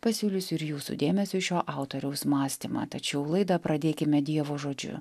pasiūlysiu ir jūsų dėmesiui šio autoriaus mąstymą tačiau laidą pradėkime dievo žodžiu